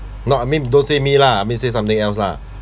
no I mean don't say me lah I mean say something else lah